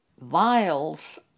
vials